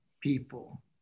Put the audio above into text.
people